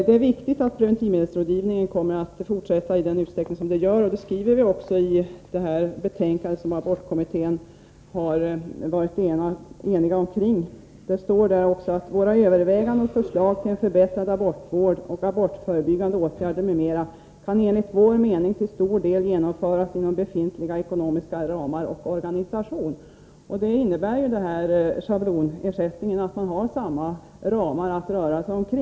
Det är viktigt att preventivmedelsrådgivningen får fortsätta i samma utsträckning som nu, och det skriver också den enhälliga abortkommittén i sitt betänkande. Det står så här: ”Våra överväganden och förslag till en förbättrad abortvård och abortförebyggande åtgärder m.m. kan enligt vår mening till stor del genomföras inom befintliga ekonomiska ramar och organisation.” Schablonersättningen innebär också att man har samma ramar att röra sig med.